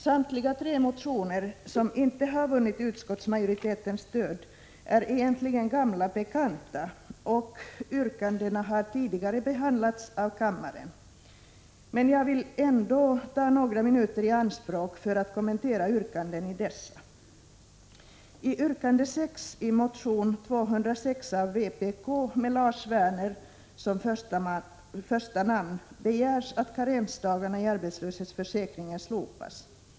Samtliga tre motioner som inte har vunnit utskottsmajoritetens stöd är egentligen gamla bekanta, och yrkandena har tidigare behandlats av kammaren. Men jag vill ändå ta några minuter i anspråk för att kommentera yrkandena i dessa. I yrkande 6 i motion 1985/86:A206 av vpk med Lars Werner som första namn begärs att karensdagarna i arbetslöshetsförsäkringen slopas.